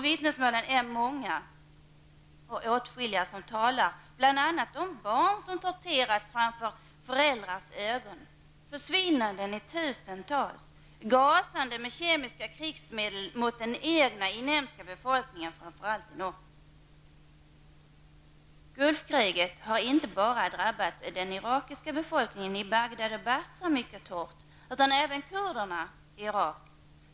Vittnesmålen är åtskilliga, och det berättas om barn som torterats framför sina föräldrars ögon, försvinnanden i tusental och gasande med kemiska krigsmedel mot den egna inhemska befolkningen, framför allt i norr. Gulfkriget har inte bara drabbat den irakiska befolkningen i Bagdad och Basra mycket hårt utan även kurderna i Irak.